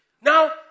Now